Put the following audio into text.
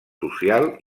social